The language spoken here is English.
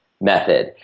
method